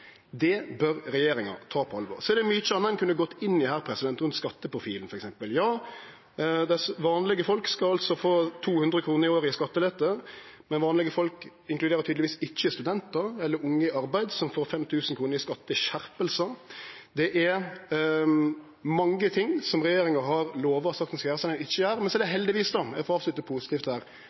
Det bør regjeringa ta på alvor. Det er mykje anna ein kunne ha gått inn i her, f.eks. om skatteprofilen. Vanlege folk skal altså få 200 kr i året i skattelette, men vanlege folk inkluderer tydelegvis ikkje studentar eller unge i arbeid, som får 5 000 kr i skatteskjerpingar. Det er mykje som regjeringa har lovd og sagt at ein skal gjere, som ein ikkje gjer. Men heldigvis – eg får avslutte positivt